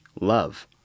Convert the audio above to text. love